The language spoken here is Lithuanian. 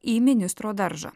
į ministro daržą